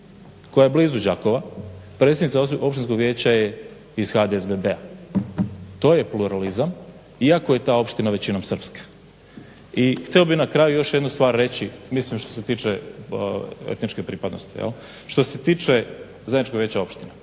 koja je blizu Đakova, predsjednica općinskog vijeća je iz HDSSB-a. To je pluralizam, iako je ta opština većinom srpska. I hteo bih na kraju još jednu stvar reći mislim što se tiče etničke pripadnosti. Što se tiče zajedničkog veća opština.